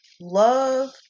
love